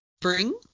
bring